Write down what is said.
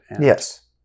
Yes